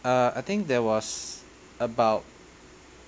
uh I think there was about